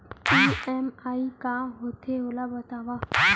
EMI का होथे, ओला बतावव